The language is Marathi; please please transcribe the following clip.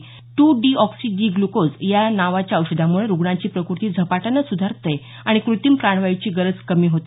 टू डीऑक्सी डी ग्लुकोज या नावाच्या औषधामुळे रुग्णाची प्रकृती झपाट्याने सुधारते आणि कृत्रीम प्राणवायूची गरज कमी होते